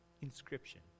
inscription